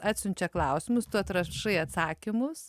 atsiunčia klausimus tu atrašai atsakymus